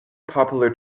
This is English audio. popular